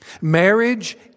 Marriage